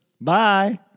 Bye